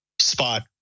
spot